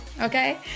okay